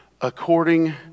according